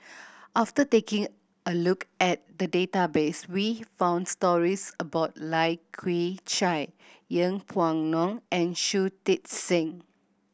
after taking a look at the database we found stories about Lai Kew Chai Yeng Pway Ngon and Shui Tit Sing